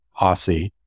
Aussie